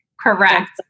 Correct